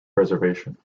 preservation